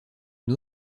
une